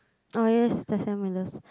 oh yes the Sam-Willows